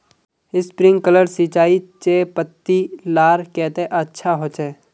Sprinkler सिंचाई चयपत्ति लार केते अच्छा होचए?